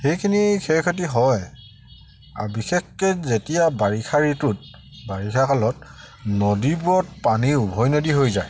সেইখিনি ক্ষয় ক্ষতি হয় আৰু বিশেষকৈ যেতিয়া বাৰিষা ঋতুত বাৰিষা কালত নদীবোৰত পানী উভৈনদী হৈ যায়